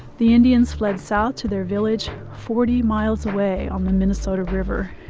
the indians fled south to their village forty miles away on the minnesota river.